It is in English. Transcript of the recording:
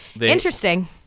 Interesting